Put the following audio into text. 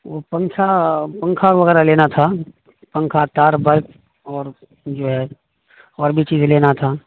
وہ پنکھا پنکھا وغیرہ لینا تھا پنکھا تار بلب اور جو ہے اور بھی چیزیں لینا تھا